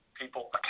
people